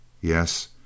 Yes